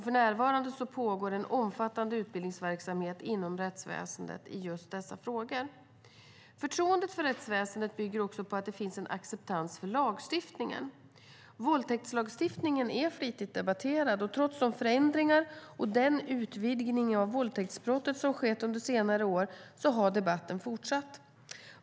För närvarande pågår en omfattande utbildningsverksamhet inom rättsväsendet i just dessa frågor. Förtroendet för rättsväsendet bygger också på att det finns en acceptans för lagstiftningen. Våldtäktslagstiftningen är flitigt debatterad. Trots de förändringar och den utvidgning av våldtäktsbrottet som skett under senare år har debatten fortsatt.